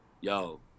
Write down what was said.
yo